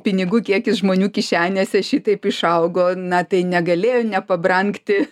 pinigų kiekis žmonių kišenėse šitaip išaugo na tai negalėjo nepabrangti